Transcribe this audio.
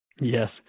Yes